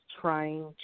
trying